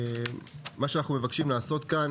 מה שאנחנו מבקשים לעשות כאן